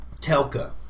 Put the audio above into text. Telka